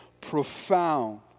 profound